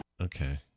Okay